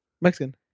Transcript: Mexican